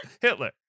Hitler